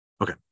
Okay